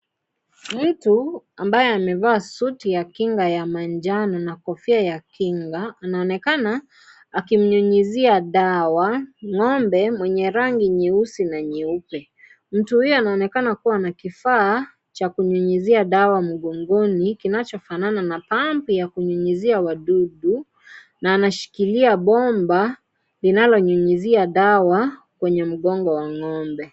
Mtu ambaye amevaa suti ya kinga ya manjano na kofia ya kinga, anaonekana akimnyunyizia dawa, ng'ombe mwenye rangi nyeusi na nyeupe. Mtu huyu anaonekana kuwa na kifaa cha kunyunyizia dawa mgongoni kinachofanana na bambi ya kunyunyizia wadudu na anashikilia bomba linalonyunyizia dawa kwenye mgongo wa ng'ombe.